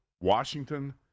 Washington